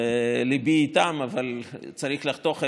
ליבי איתם, אבל צריך לחתוך איפשהו,